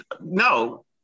no